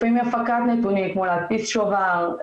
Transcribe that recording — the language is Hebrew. לפעמים הפקת נתונים כמו להדפיס שובר,